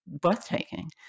breathtaking